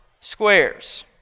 squares